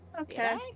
Okay